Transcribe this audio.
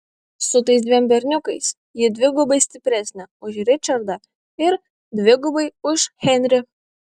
su tais dviem berniukais ji dvigubai stipresnė už ričardą ir dvigubai už henrį